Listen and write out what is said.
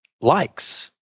likes